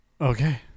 Okay